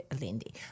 Lindy